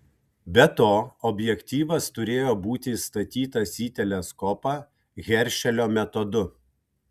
be to objektyvas turėjo būti įstatytas į teleskopą heršelio metodu